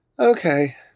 Okay